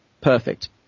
perfect